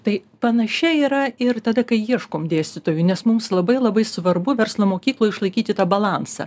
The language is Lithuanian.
tai panašiai yra ir tada kai ieškom dėstytojų nes mums labai labai svarbu verslo mokykloj išlaikyti tą balansą